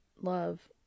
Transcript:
love